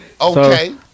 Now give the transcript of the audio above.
Okay